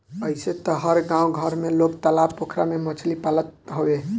अइसे तअ हर गांव घर में लोग तालाब पोखरा में मछरी पालत हवे